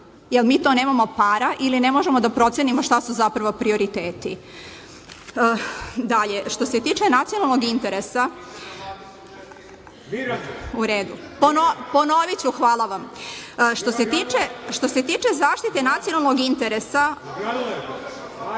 Jel mi to nemamo para ili ne možemo da procenimo šta su zapravo prioriteti? Što